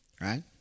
right